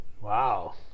Wow